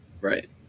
Right